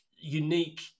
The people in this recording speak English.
unique